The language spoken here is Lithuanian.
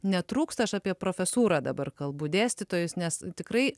netrūksta aš apie profesūrą dabar kalbu dėstytojus nes tikrai